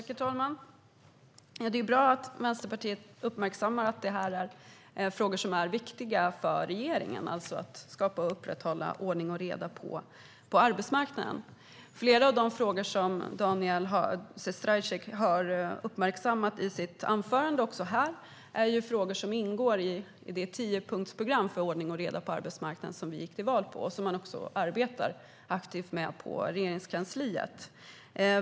Herr talman! Det är bra att Vänsterpartiet uppmärksammar att det här är frågor som är viktiga för regeringen, alltså att skapa och upprätthålla ordning och reda på arbetsmarknaden. Flera av de frågor som Daniel Sestrajcic har uppmärksammat i sitt anförande och också här ingår i det tiopunktsprogram för ordning och reda på arbetsmarknaden som vi gick till val på och som man arbetar aktivt med på Regeringskansliet.